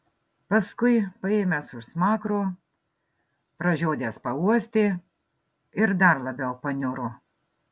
paskui suėmęs už smakro pražiodęs pauostė ir dar labiau paniuro